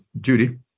Judy